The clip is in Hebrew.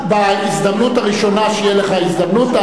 בהזדמנות הראשונה שתהיה לך הזדמנות,